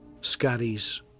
Scotty's